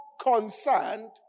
concerned